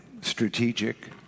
strategic